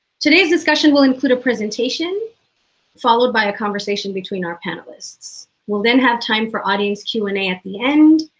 today's discussion will include a presentation followed by a conversation between our panelists. we'll then have time for audience q and a at the end,